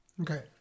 Okay